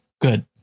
Good